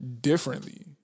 differently